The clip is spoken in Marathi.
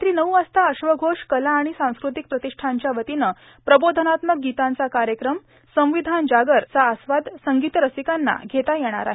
रात्री नऊ वाजता अश्वघोष कला आणि सांस्कृतिक प्रतिष्ठानच्या वतीनं प्रबोधनात्मक गीतांचा कार्यक्रम संविधान जागर चा आस्वाद संगीत रसिकांना घेता येणार आहे